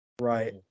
Right